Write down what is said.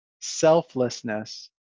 selflessness